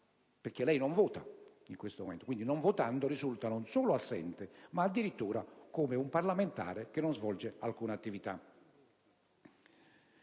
perché lei in questo momento non vota e quindi, non votando, risulta non solo assente ma addirittura come un parlamentare che non svolge alcuna attività.